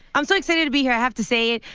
i'm so excited to be here, i have to say.